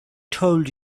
told